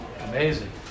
Amazing